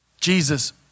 Jesus